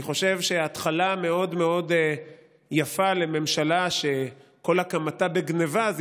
אני חושב שהתחלה מאוד מאוד יפה לממשלה שכל הקמתה בגנבה זו